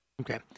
Okay